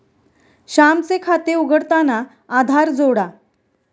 श्यामचे खाते उघडताना आधार जोडा